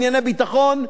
ענייני ביטחון,